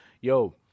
yo